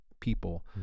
people